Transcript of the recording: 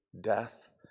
death